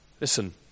Listen